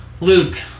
Luke